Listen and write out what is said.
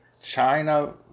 China